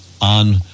on